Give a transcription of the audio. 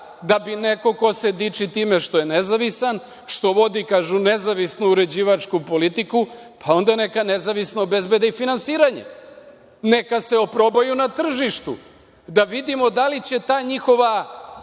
da bi neko ko se diči time što je nezavistan, što vodi, kažu, nezavisnu uređivačku politiku? Pa, onda neka nezavisno obezbede i finansiranje, neka se oprobaju na tržištu, da vidimo da li će ta njihova